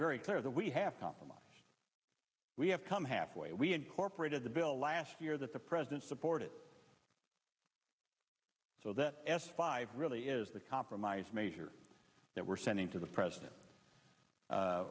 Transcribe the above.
very clear that we have compromise we have come halfway we incorporated the bill last year that the president supported so that s five really is the compromise measure that we're sending to the president